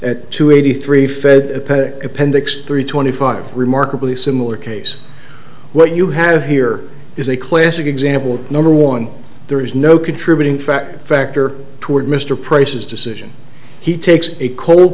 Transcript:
i two eighty three fed appendix three twenty five remarkably similar case what you have here is a classic example number one there is no contributing factor factor toward mr price's decision he takes a cold